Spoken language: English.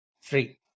free